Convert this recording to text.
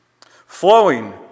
Flowing